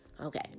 Okay